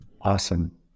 Awesome